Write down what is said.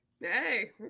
Hey